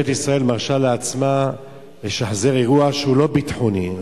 ישראל מרשה לעצמה לשחזר אירוע שהוא לא ביטחוני,